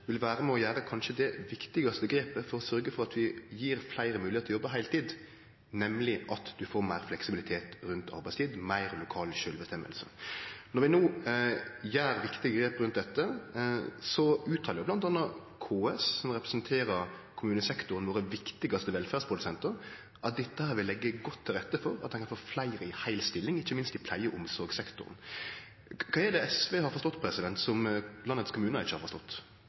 vil vere med på å gjere kanskje det viktigaste grepet for å gje fleire moglegheit til å jobbe heiltid, nemleg at ein får meir fleksibilitet rundt arbeidstid og meir lokal sjølvbestemming. Når vi no gjer viktige grep rundt dette, uttaler bl.a. KS, som representerer kommunesektoren, våre viktigaste velferdsprodusentar, at dette vil leggje godt til rette for at ein kan få fleire i heil stilling, ikkje minst i pleie- og omsorgssektoren. Kva er det SV har forstått som landets kommunar ikkje har forstått?